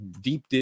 deep